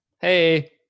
Hey